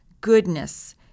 goodness